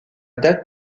date